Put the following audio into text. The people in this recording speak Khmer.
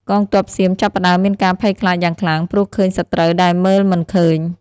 កងទ័ពសៀមចាប់ផ្ដើមមានការភ័យខ្លាចយ៉ាងខ្លាំង ព្រោះឃើញសត្រូវដែលមើលមិនឃើញ។